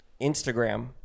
Instagram